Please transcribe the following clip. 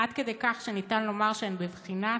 עד כדי כך שניתן לומר שהן היו בבחינת